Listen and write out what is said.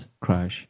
crash